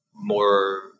more